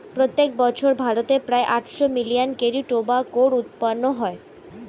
প্রত্যেক বছর ভারতে প্রায় আটশো মিলিয়ন কেজি টোবাকোর উৎপাদন হয়